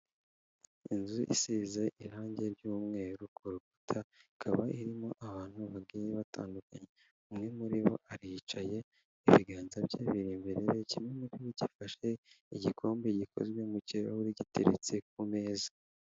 Inzu isize irangi ry'umweru ku rukuta ikaba irimo abantu bagiye batandukanye, umwe muri bo ari aye ibiganza by biri imbere kimwe muri byo gifashe igikombe gikozwe mu kirahure giteretse ku meza.